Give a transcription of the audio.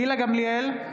גילה גמליאל,